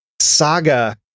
saga